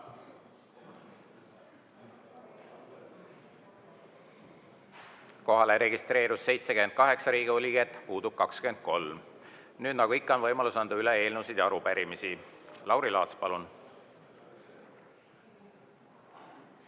Kohale registreerus 78 Riigikogu liiget, puudub 23. Nagu ikka, on võimalus anda üle eelnõusid ja arupärimisi. Lauri Laats, palun!